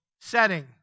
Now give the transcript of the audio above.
setting